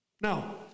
Now